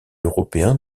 européen